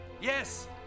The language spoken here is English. Yes